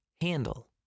handle